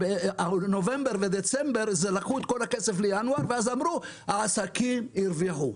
בנובמבר ודצמבר לקחו את כל הכסף לינואר ואז אמרו: העסקים הרוויחו.